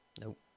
Nope